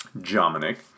Dominic